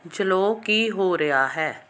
ਜਲੋ ਕੀ ਹੋ ਰਿਹਾ ਹੈ